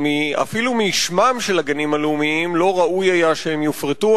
אפילו משמם של הגנים הלאומיים לא ראוי היה שהם יופרטו.